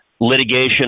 litigation